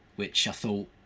which, i thought.